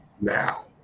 now